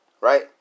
right